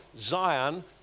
Zion